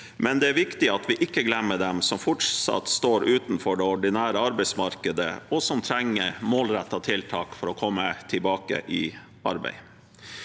er det viktig at vi ikke glemmer dem som fortsatt står utenfor det ordinære arbeidsmarkedet, og som trenger målrettede tiltak for å komme tilbake i arbeid.